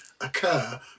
occur